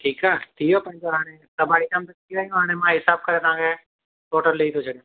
ठीकु आहे थी वियो तव्हांजो हाणे सभु आइटमूं थियूं हाणे मां हिसाबु करे तव्हांखे टोटल ॾेई थो छॾियां